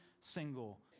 single